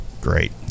Great